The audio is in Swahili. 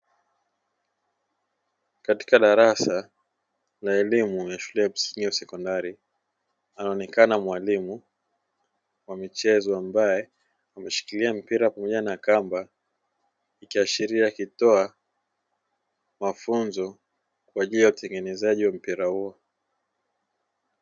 Katika arasa la elimu ya shule ya msingi ya sekondari anaonekana mwalimu wa michezo, ambaye ameshikilia mpira pamoja na kamba ikiashiria akitoa mafunzo, kwa ajili ya utengenezaji wa mpira huo.